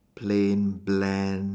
plain bland